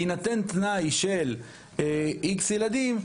בהינתן תנאי של איקס ילדים,